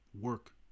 work